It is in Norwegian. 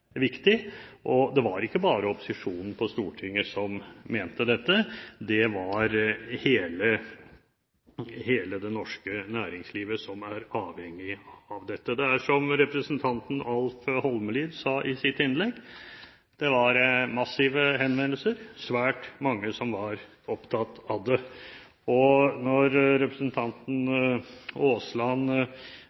Det var ikke bare opposisjonen på Stortinget som mente dette, det var hele det norske næringslivet, som er avhengig av dette. Som representanten Alf Egil Holmelid sa i sitt innlegg, var det massive henvendelser og svært mange som var opptatt av det. Når representanten Aasland